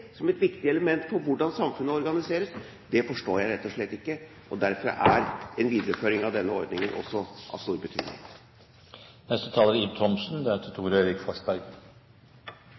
som et viktig element for hvordan samfunnet organiseres, forstår jeg rett og slett ikke. Derfor er en videreføring av denne ordningen også av stor betydning. Gisle André Bråten fra Flateby får ikke pappapermisjon for å være sammen med sønnen sin, Mikkel André. Grunnen er